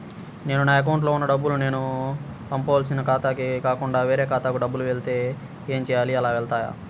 నేను నా అకౌంట్లో వున్న డబ్బులు నేను పంపవలసిన ఖాతాకి కాకుండా వేరే ఖాతాకు డబ్బులు వెళ్తే ఏంచేయాలి? అలా వెళ్తాయా?